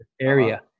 area